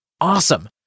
Awesome